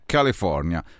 California